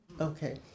Okay